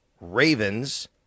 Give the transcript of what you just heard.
Ravens